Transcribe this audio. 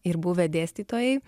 ir buvę dėstytojai